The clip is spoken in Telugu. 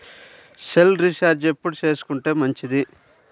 సెల్ రీఛార్జి ఎప్పుడు చేసుకొంటే మంచిది?